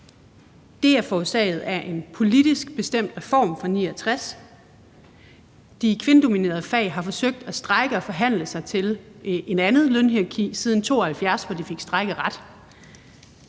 Det er forårsaget af en politisk bestemt reform fra 1969. De kvindedominerede fag har forsøgt at strejke og forhandle sig til et andet lønhierarki siden 1972, hvor de fik strejkeret.